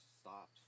stopped